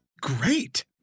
great